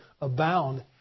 abound